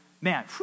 man